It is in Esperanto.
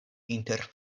inter